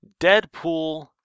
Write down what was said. Deadpool